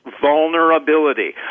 Vulnerability